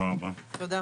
הישיבה ננעלה בשעה